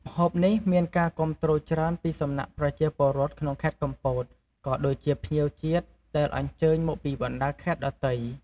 ម្ហូបនេះមានការគាំទ្រច្រើនពីសំណាក់ប្រជាពលរដ្ឋក្នុងខេត្តកំពត ក៏ដូចជាភ្ញៀវជាតិដែលអញ្ជើញមកពីបណ្តាខេត្តដទៃ។